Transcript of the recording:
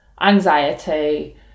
anxiety